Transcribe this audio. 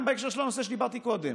גם בהקשר של הנושא שדיברתי עליו קודם,